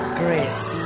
grace